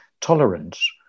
tolerance